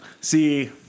See